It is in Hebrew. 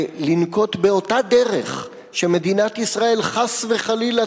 ולנקוט אותה דרך שמדינת ישראל חס וחלילה